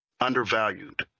undervalued